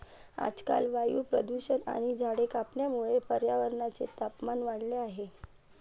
आजकाल वायू प्रदूषण आणि झाडे कापण्यामुळे पर्यावरणाचे तापमान वाढले आहे